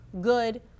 good